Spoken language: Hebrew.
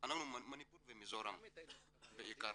אנחנו מניפור ומיזורם בעיקר.